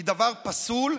היא דבר פסול,